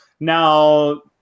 Now